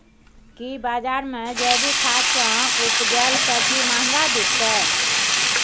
की बजार मे जैविक खाद सॅ उपजेल सब्जी महंगा बिकतै?